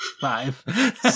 Five